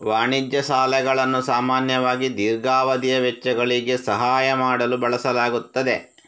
ವಾಣಿಜ್ಯ ಸಾಲಗಳನ್ನು ಸಾಮಾನ್ಯವಾಗಿ ದೀರ್ಘಾವಧಿಯ ವೆಚ್ಚಗಳಿಗೆ ಸಹಾಯ ಮಾಡಲು ಬಳಸಲಾಗುತ್ತದೆ